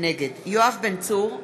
נגד יואב בן צור,